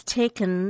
taken